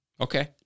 Okay